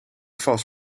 vals